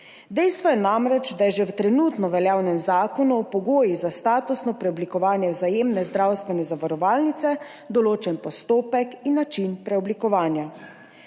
Dejstvo je namreč, da je že v trenutno veljavnem Zakonu o pogojih za statusno preoblikovanje Vzajemne zdravstvene zavarovalnice določen postopek in način preoblikovanja,